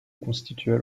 constituaient